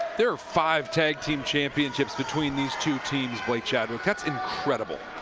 there are five tag team championships between these two teams blake chadwick. that's incredible.